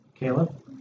Caleb